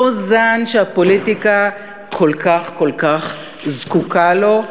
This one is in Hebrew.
אותו זן שהפוליטיקה כל כך כל כך זקוקה לו,